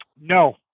No